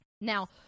Now